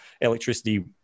electricity